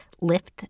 lift